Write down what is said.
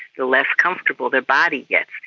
the less comfortable their body gets.